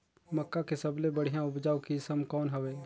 मक्का के सबले बढ़िया उपजाऊ किसम कौन हवय?